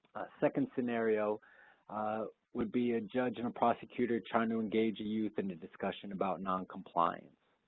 second scenario would be a judge and a prosecutor trying to engage a youth in a discussion about noncompliance.